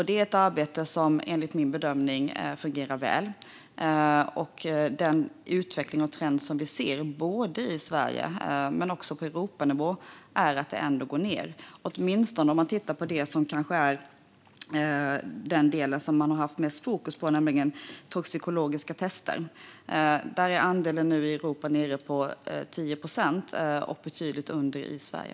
Det är ett arbete som enligt min bedömning fungerar väl. Den utveckling och trend som vi ser både i Sverige och på Europanivå är att detta ändå går ned, åtminstone när det gäller den del som man kanske har haft mest fokus på, nämligen toxikologiska tester. Där är andelen nu nere på 10 procent i Europa och betydligt under det i Sverige.